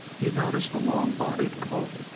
he noticed a long-bodied colt,